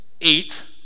eight